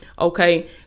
Okay